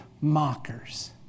mockers